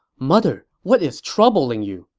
mother, what is troubling you?